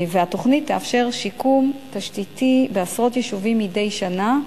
והתוכנית תאפשר שיקום תשתיתי בעשרות יישובים מדי שנה,